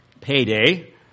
payday